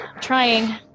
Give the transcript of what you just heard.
trying